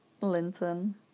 linton